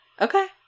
Okay